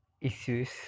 issues